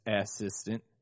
assistant